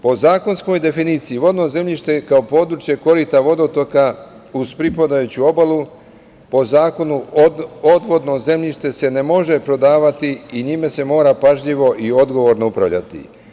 Po zakonskoj definiciji vodno zemljište je kao područje korita vodotoka, uz pripadajuću obalu, po zakonu odvodno zemljište se ne može prodavati i njime se mora pažljivo i odgovorno upravljati.